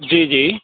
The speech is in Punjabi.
ਜੀ ਜੀ